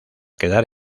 quedar